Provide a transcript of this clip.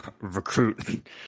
recruit